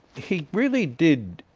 he really did